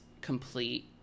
complete